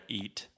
eat